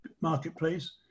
marketplace